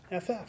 FF